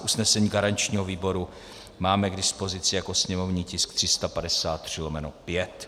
Usnesení garančního výboru máme k dispozici jako sněmovní tisk 353/5.